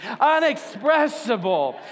Unexpressible